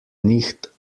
nicht